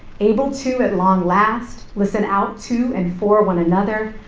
able to, at long last, listen out, to, and for one another,